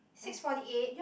six forty eight